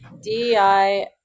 dei